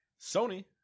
Sony